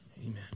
amen